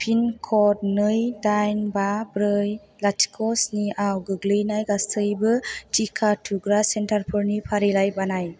pin code नै दाइन बा ब्रै लाथिख' स्निआव गोग्लैनाय गासैबो टिका थुग्रा सेन्टारफोरनि फारिलाइ बानाय